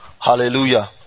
Hallelujah